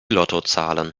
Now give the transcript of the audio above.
lottozahlen